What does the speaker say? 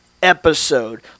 episode